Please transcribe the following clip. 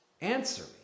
Answer